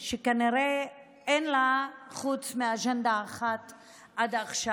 שכנראה אין לה דבר חוץ מאג'נדה אחת עד עכשיו.